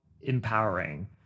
empowering